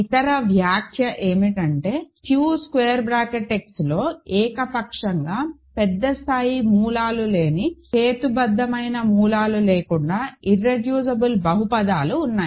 ఇతర వ్యాఖ్య ఏమిటంటే QX లో ఏకపక్షంగా పెద్ద స్థాయి మూలాలు లేని హేతుబద్ధమైన మూలాలు లేకుండా ఇర్రెడ్యూసిబుల్ బహుపదాలు ఉన్నాయి